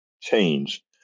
change